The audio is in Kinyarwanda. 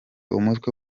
umutwe